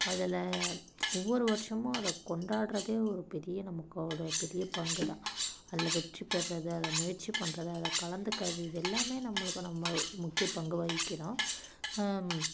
அதில் ஒவ்வொரு வருஷமும் அத கொண்டாடுறதே ஒரு பெரிய நமக்கு ஒரு பெரிய பங்கு தான் அதில் வெற்றி பெர்றது அதில் முயற்சி பண்ணுறது அதில் கலந்துக்கிறது இது எல்லாமே நம்மளுக்கு நம்ம முக்கிய பங்கு வகிக்கிறோம்